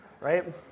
right